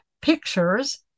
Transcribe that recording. pictures